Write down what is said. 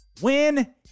win